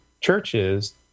churches